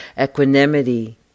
Equanimity